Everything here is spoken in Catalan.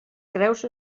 creus